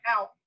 out